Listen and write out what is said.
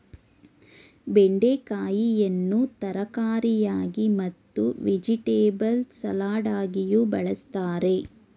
ಬೆಂಡೆಕಾಯಿಯನ್ನು ತರಕಾರಿಯಾಗಿ ಮತ್ತು ವೆಜಿಟೆಬಲ್ ಸಲಾಡಗಿಯೂ ಬಳ್ಸತ್ತರೆ